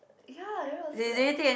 ya that was like